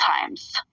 times